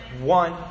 One